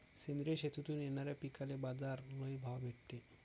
सेंद्रिय शेतीतून येनाऱ्या पिकांले बाजार लई भाव भेटते